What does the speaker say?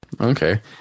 okay